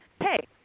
hey